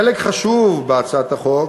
חלק חשוב בהצעת החוק